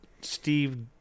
steve